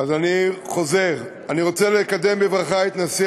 אז אני חוזר: אני רוצה לקדם בברכה את נשיא